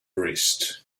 wrist